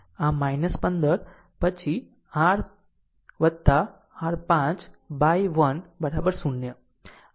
આમ 15 then r r 5 by 1 0